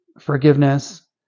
forgiveness